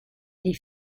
les